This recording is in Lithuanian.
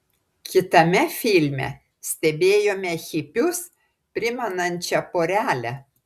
kitame filme stebėjome hipius primenančią porelę